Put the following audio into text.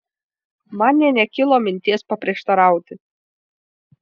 man nė nekilo minties paprieštarauti